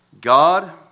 God